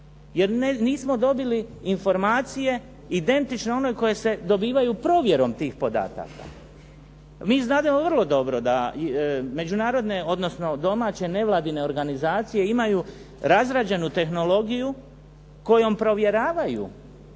jer nismo dobili informacije identične onoj koje se dobivaju provjerom tih podataka. Mi znademo vrlo dobro da međunarodne odnosno domaće nevladine organizacije imaju razrađenu tehnologiju kojom provjeravaju